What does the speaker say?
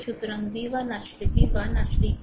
সুতরাং V 1 আসলে V 1 আসলে V